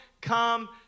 come